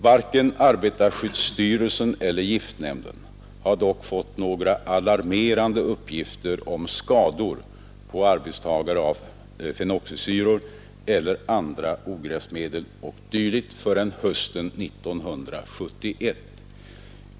Varken arbetarskyddsstyrelsen eller giftnämnden har dock fått några alarmerande uppgifter om skador på arbetstagare av fenoxisyror eller andra ogräsmedel o.d. förrän hösten 1971.